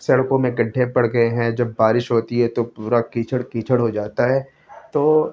سڑکوں میں گڈھے پڑ گئے ہیں جب بارش ہوتی ہے تو پورا کیچڑ کیچڑ ہو جاتا ہے تو